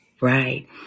Right